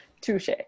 Touche